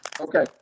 Okay